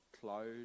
cloud